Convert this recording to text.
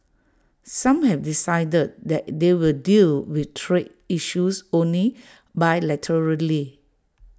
some have decided that they will deal with trade issues only bilaterally